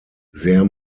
sehr